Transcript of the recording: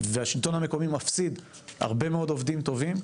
והשלטון המקומי מפסיד הרבה מאוד עובדים טובים,